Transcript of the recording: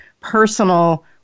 personal